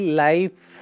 life